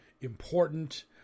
important